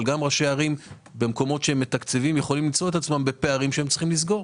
אבל גם ראשי הערים יכולים למצוא את עצמם עם פערים שהם צריכים לסגור.